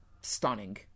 stunning